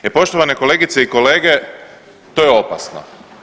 Jer poštovane kolegice i kolege to je opasno.